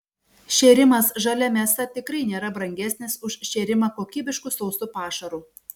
šėrimas žalia mėsa tikrai nėra brangesnis už šėrimą kokybišku sausu pašaru